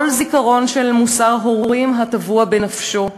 כל זיכרון של מוסר הורים הטבוע בנפשו,